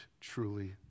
truly